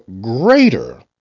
greater